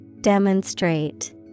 Demonstrate